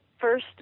first